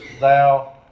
thou